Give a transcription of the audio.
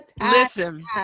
Listen